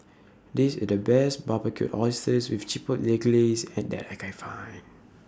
This IS The Best Barbecued Oysters with Chipotle Glaze and that I Can Find